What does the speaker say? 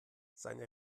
seine